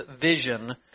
vision